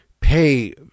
pay